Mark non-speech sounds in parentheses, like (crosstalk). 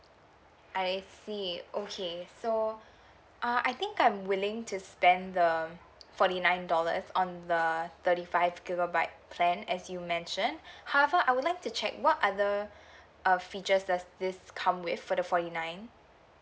I see okay so uh I think I'm willing to spend the forty nine dollars on the thirty five gigabyte plan as you mentioned (breath) however I would like to check what other (breath) uh features does this come with for the forty nine